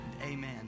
amen